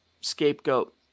scapegoat